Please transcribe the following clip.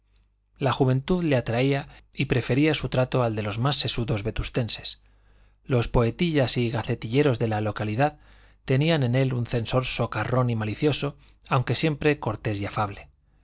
la juventud le atraía y prefería su trato al de los más sesudos vetustenses los poetillas y gacetilleros de la localidad tenían en él un censor socarrón y malicioso aunque siempre cortés y afable